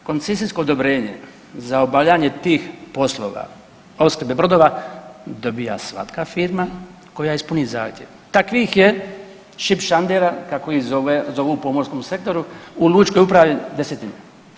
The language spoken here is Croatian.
I koncesijsko odobrenje za obavljanje tih poslova opskrbe brodova dobija svaka firma koja ispuni zahtjev, takvih je šipšandera kako ih zovu u pomorskom sektoru u lučkoj upravi desetina.